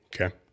Okay